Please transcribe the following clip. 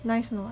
nice or not